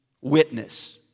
witness